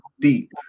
deep